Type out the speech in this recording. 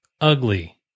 ugly